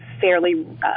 fairly